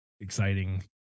exciting